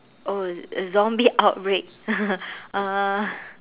oh a zombie outbreak uh